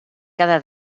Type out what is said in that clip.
cada